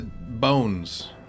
bones